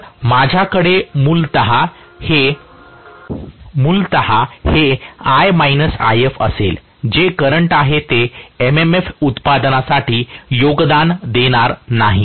तर माझ्याकडे मूलत हे I If असेल जे करंट आहे ते MMF उत्पादनासाठी योगदान देणार नाही